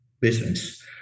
business